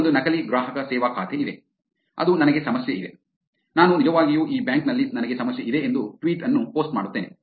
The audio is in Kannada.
ಇಲ್ಲಿ ಒಂದು ನಕಲಿ ಗ್ರಾಹಕ ಸೇವಾ ಖಾತೆ ಇದೆ ಅದು ನನಗೆ ಸಮಸ್ಯೆ ಇದೆ ನಾನು ನಿಜವಾಗಿಯೂ ಈ ಬ್ಯಾಂಕ್ ನಲ್ಲಿ ನನಗೆ ಸಮಸ್ಯೆ ಇದೆ ಎಂದು ಟ್ವೀಟ್ ಅನ್ನು ಪೋಸ್ಟ್ ಮಾಡುತ್ತೇನೆ